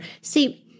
See